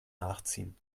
nachziehen